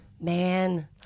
man